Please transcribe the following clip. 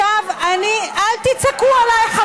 את יודעת מה זה להיות,